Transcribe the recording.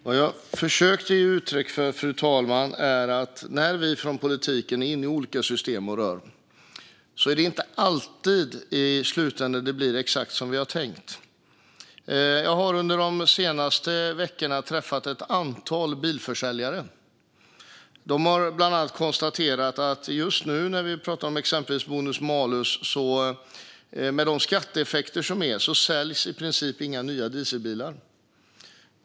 Fru talman! Det jag försökte ge uttryck för är att det i slutändan inte alltid blir exakt som vi har tänkt när vi från politikens sida är inne i olika system och rör runt. Under de senaste veckorna har jag träffat ett antal bilförsäljare. De har bland annat konstaterat att det på grund av de skatteeffekter som blir av exempelvis bonus malus i princip inte säljs några nya dieselbilar.